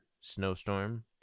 Snowstorm